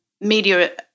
media